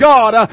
God